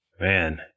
Man